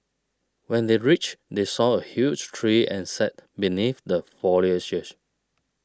when they reached they saw a huge tree and sat beneath the foliage